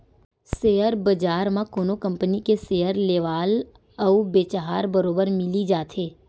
share बजार म कोनो कंपनी के सेयर लेवाल अउ बेचहार बरोबर मिली जाथे